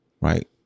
right